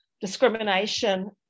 discrimination